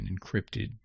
encrypted